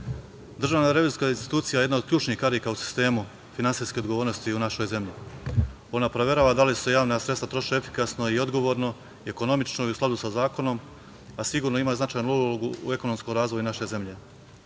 redu. Državna revizorska institucija je jedna od ključnih karika u sistemu finansijske odgovornosti u našoj zemlji. Ona proverava da li se javna sredstva troše efikasno i odgovorno i ekonomično i u skladu sa zakonom, a sigurno ima značajnu ulogu u ekonomskom razvoju naše zemlje.